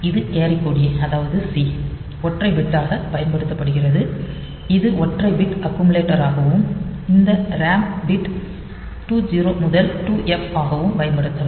இது கேரி கொடி அதாவது c ஒற்றை பிட்டாக பயன்படுத்தப்படுகிறது இது ஒற்றை பிட் அக்குமுலேட்டராகவும் இந்த RAM பிட் 2 0 முதல் 2 எஃப் ஆகவும் பயன்படுத்தப்படலாம்